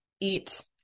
eat